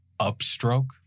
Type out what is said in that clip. upstroke